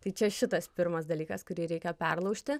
tai čia šitas pirmas dalykas kurį reikia perlaužti